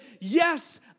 yes